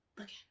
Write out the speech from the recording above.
Okay